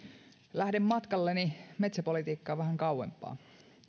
lähden matkalleni metsäpolitiikkaan vähän kauempaa